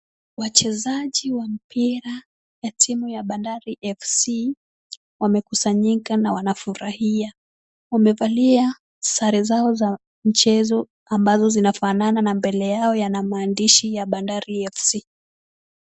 Wachezaji wa mpira ya timu ya Bandari FC, wamekusanyika na wanafurahia. Wamevalia sare zao za mchezo ambazo zinafanana na mbele yao yana maandishi ya Bandari FC.